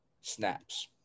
snaps